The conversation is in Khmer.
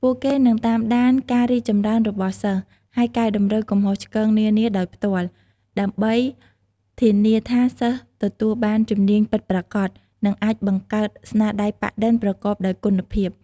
ពួកគេនឹង តាមដាន ការរីកចម្រើនរបស់សិស្ស ហើយកែតម្រូវកំហុសឆ្គងនានាដោយផ្ទាល់ ដើម្បីធានាថាសិស្សទទួលបានជំនាញពិតប្រាកដ និងអាចបង្កើតស្នាដៃប៉ាក់-ឌិនប្រកបដោយគុណភាព។